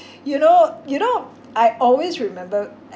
you know you know I always remember